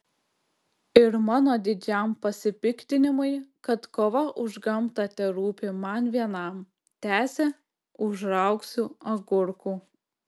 ir mano didžiam pasipiktinimui kad kova už gamtą terūpi man vienam tęsė užraugsiu agurkų